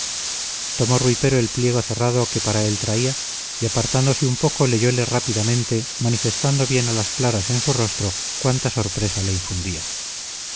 tomó rui pero el pliego cerrado que para él traía y apartándose un poco leyóle rápidamente manifestando bien a las claras en su rostro cuánta sorpresa le infundía